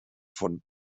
von